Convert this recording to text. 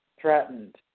threatened